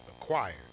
acquired